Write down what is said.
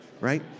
right